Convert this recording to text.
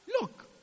Look